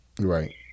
Right